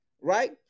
Right